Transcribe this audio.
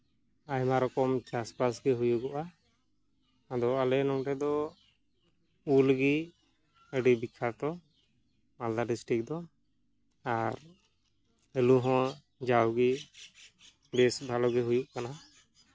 ᱟᱭᱢᱟ ᱨᱚᱠᱚᱢ ᱪᱟᱥᱼᱵᱟᱥ ᱦᱩᱭᱩᱜᱚᱜᱼᱟ ᱟᱫᱚ ᱟᱞᱮ ᱱᱚᱰᱮ ᱫᱚ ᱩᱞᱜᱮ ᱟᱹᱰᱤ ᱵᱤᱠᱠᱷᱟᱛᱚ ᱢᱟᱞᱫᱟ ᱰᱤᱥᱴᱤᱠ ᱫᱚ ᱟᱨ ᱟᱹᱞᱩ ᱦᱚᱸ ᱡᱟᱣ ᱜᱮ ᱵᱮᱥ ᱵᱷᱟᱞᱚ ᱜᱮ ᱦᱳᱭᱚᱜ ᱠᱟᱱᱟ